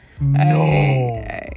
No